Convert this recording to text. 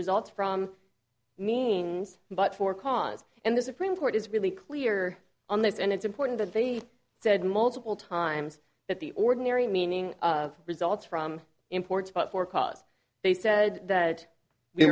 results from means but for cause and the supreme court is really clear on this and it's important that they said multiple times that the ordinary meaning of results from imports but for cause they said that